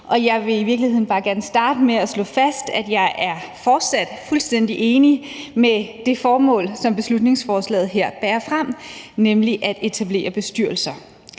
Jeg vil i virkeligheden bare gerne starte med at slå fast, at jeg fortsat er fuldstændig enig i det formål, som beslutningsforslaget her bærer frem, nemlig at etablere bestyrelser,